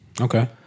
Okay